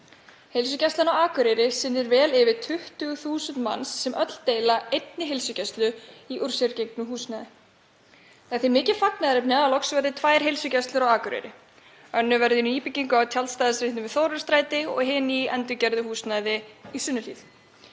Heilsugæslan á Akureyri sinnir vel yfir 20.000 manns sem deila einni heilsugæslu í úr sér gengnu húsnæði. Það er því mikið fagnaðarefni að loks verði tvær heilsugæslustöðvar á Akureyri. Önnur verður í nýbyggingu á tjaldstæðisreitnum við Þórunnarstræti og hin í endurgerðu húsnæði í Sunnuhlíð.